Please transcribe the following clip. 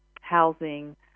housing